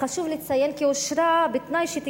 הרווחה והבריאות